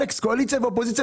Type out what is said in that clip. איתם.